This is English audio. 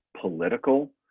political